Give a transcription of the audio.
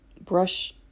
brush